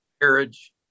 marriage